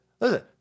listen